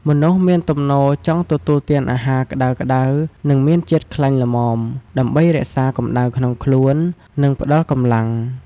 មនុស្សមានទំនោរចង់ទទួលទានអាហារ ក្តៅៗ និងមានជាតិខ្លាញ់ល្មម ដើម្បីរក្សាកម្ដៅក្នុងខ្លួន និងផ្តល់កម្លាំង។